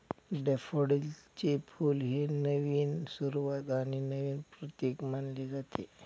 डॅफोडिलचे फुल हे नवीन सुरुवात आणि नवीन प्रतीक मानले जाते